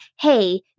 hey